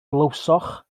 glywsoch